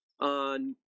on